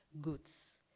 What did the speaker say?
goods